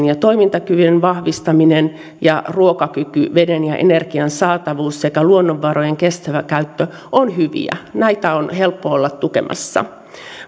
ja toimintakyvyn vahvistaminen sekä ruokakyky veden ja energian saatavuus ja luonnonvarojen kestävä käyttö ovat hyviä näitä on helppo olla tukemassa